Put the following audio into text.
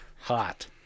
Hot